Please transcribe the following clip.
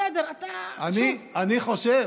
בסדר, אתה, שוב, אני חושב